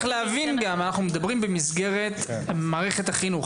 להבין שאנחנו מדברים במסגרת מערכת החינוך.